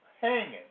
hanging